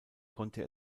konnte